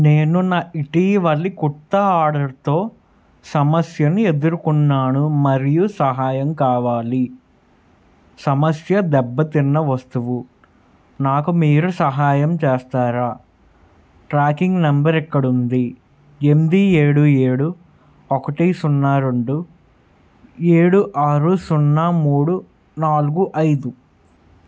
నేను నా ఇటీవలి కుర్తా ఆడర్తో సమస్యను ఎదుర్కొన్నాను మరియు సహాయం కావాలి సమస్య దెబ్బతిన్న వస్తువు నాకు మీరు సహాయం చేస్తారా ట్రాకింగ్ నెంబర్ ఇక్కడుంది ఎంది ఏడు ఏడు ఒకటి సున్నా రొండు ఏడు ఆరు సున్నా మూడు నాలుగు ఐదు